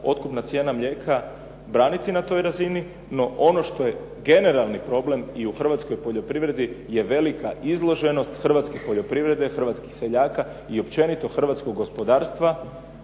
otkupna cijena mlijeka braniti na toj razini, no ono što je generalni problem i u hrvatskoj poljoprivredi je velika izloženost hrvatske poljoprivrede, hrvatskih seljaka i općenito hrvatskog gospodarstva